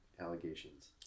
allegations